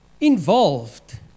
involved